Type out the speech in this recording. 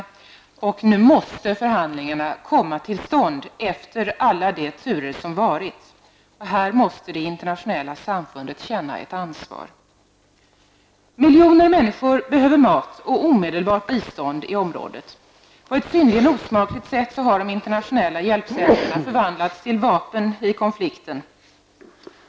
Efter alla turer måste förhandlingarna nu komma till stånd. Här måste det internationella samfundet känna ett ansvar. Miljoner människor i området behöver omedelbart mat och bistånd. På ett synnerligen osmakligt sätt har de internationella hjälpsändningarna förvandlats till vapen i konflikten.